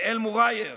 באל-מוע'ייר